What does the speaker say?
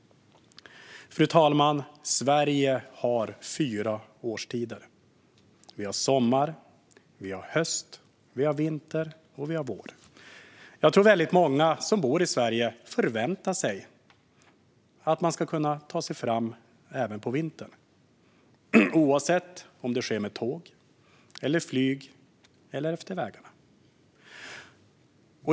Fru talman! Sverige har fyra årstider. Vi har sommar. Vi har höst. Vi har vinter. Och vi har vår. Jag tror att väldigt många som bor i Sverige förväntar sig att de ska kunna ta sig fram även på vintern, oavsett om de åker med tåg eller flyg eller om de åker på vägarna.